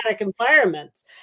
environments